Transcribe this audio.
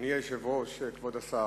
אדוני היושב-ראש, כבוד השר,